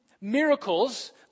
miracles